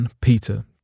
Peter